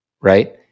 right